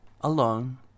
Alone